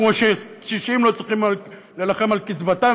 כמו שקשישים לא צריכים להילחם על קצבתם,